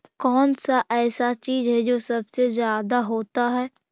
कौन सा ऐसा चीज है जो सबसे ज्यादा होता है?